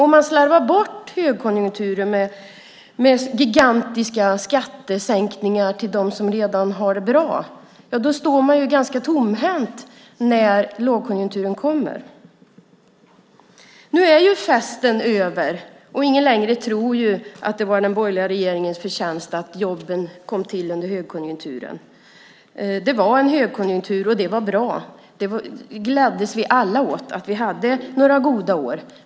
Om man slarvar bort högkonjunkturen med gigantiska skattesänkningar till dem som redan har det bra står man ganska tomhänt när lågkonjunkturen kommer. Nu är festen över, och ingen tror längre att det var den borgerliga regeringens förtjänst att jobben kom till under högkonjunkturen. Det var en högkonjunktur, och det var bra. Vi gladdes alla åt att vi hade några goda år.